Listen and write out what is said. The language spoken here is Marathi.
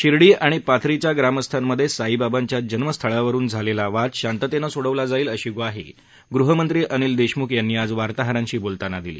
शिर्डी आणि पाथरीच्या ग्रामस्थांमध्ये साईबाबांच्या जन्मस्थळावरून झालेला वाद शांततेने सोडवला जाईल अशी ग्वाही गृहमंत्री अनिल देशमुख यांनी आज वार्ताहरांशी बोलताना दिली